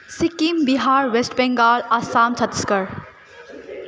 Sikkim Bihar west Bengal Assam Chhattisgarh